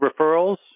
referrals